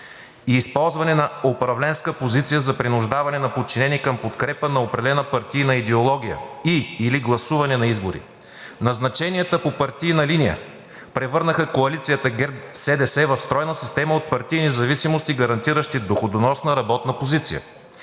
и използване на управленска позиция за принуждаване на подчинени към подкрепа на определена партийна идеология и/или гласуване на избори. Назначенията по партийна линия превърнаха коалицията ГЕРБ-СДС в стройна система от партийни зависимости, гарантиращи доходоносна работна позиция.